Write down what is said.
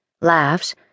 laughs